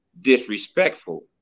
disrespectful